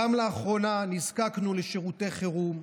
גם לאחרונה, נזקקנו לשירותי חירום.